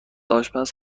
آشپز